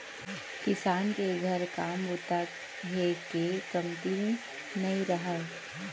किसान के घर काम बूता हे के कमती नइ रहय